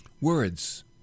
Words